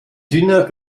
dünner